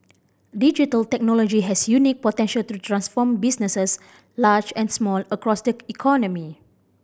digital technology has unique potential to transform businesses large and small across the economy